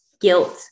guilt